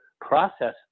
process